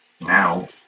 Now